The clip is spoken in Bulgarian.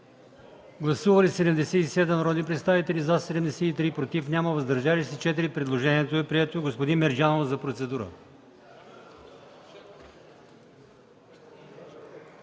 Гласували 77 народни представители: за 73, против няма, въздържали се 4. Предложението е прието. Заповядайте за процедура,